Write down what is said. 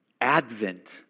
Advent